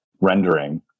rendering